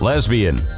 Lesbian